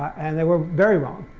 and they were very wrong.